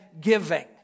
giving